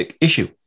issue